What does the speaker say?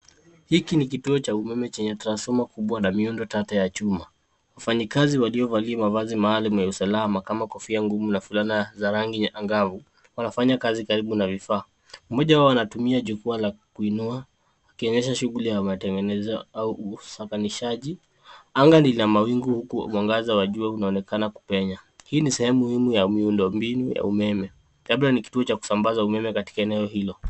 Hiki ni kituo cha umeme chenye transfoma kubwa na miundo tata ya chuma. Wafanyakazi waliovaliwa mavazi maalum ya usalama kama kofia ngumu na fulana za rangi angavu, wanafanya kazi karibu na vifaa. Mmoja wao anatumia jukwaa la kuinua akionyesha shughuli ya matengenezo au usakanishaji. Anga ni la mawingu huku mwangaza wa jua unaonekana kupenya. Hii ni sehemu muhimu ya miundombinu ya umeme labda ni kituo cha kusambaza umeme katika eneo hilo.